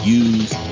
use